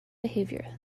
behavior